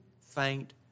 faint